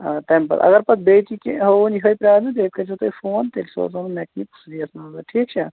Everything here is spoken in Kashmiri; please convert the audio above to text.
آ تَمہِ پَتہٕ اگر پَتہٕ بیٚیہِ تہِ کیٚنٛہہ ہووُن یِہےَ پرٛابلِم تیٚلہِ کٔرۍزیٚو تُہۍ فون تیٚلہِ سوزہون مَیٚکنِک سُے دِیہِ اَتھ نظر ٹھیٖک چھا